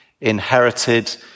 inherited